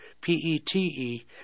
P-E-T-E